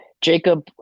jacob